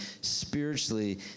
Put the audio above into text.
spiritually